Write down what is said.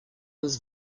his